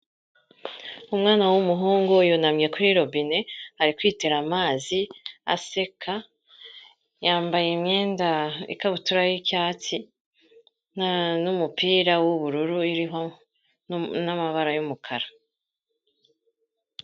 Umwana w'umuhungu yunamye kuri robine ari kwiterara amazi aseka, yambaye imyenda ikabutura y'icyatsi n'umupira w'ubururu uriho n'amabara y'umukara.